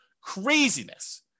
Craziness